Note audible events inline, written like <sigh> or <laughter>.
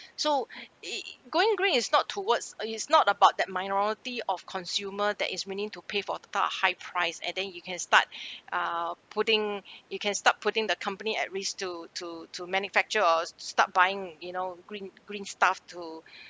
so <noise> going green it's not towards uh it's not about that minority of consumer that is willing to pay for the top high price and then you can start uh putting you can start putting the company at risk to to to manufacture or start buying you know green green stuff to